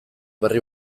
berri